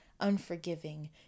unforgiving